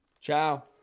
Ciao